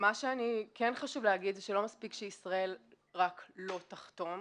מה שחשוב להגיד זה שלא מספיק שישראל רק לא תחתום,